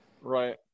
Right